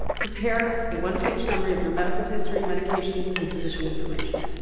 prepare a one-page summary of your medical history, medications and physician information.